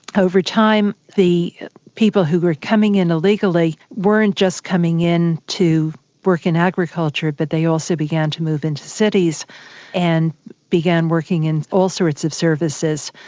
over time, the people who were coming in illegally weren't just coming in to work in agriculture, but they also began to move into cities and began working in all sorts of services,